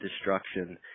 destruction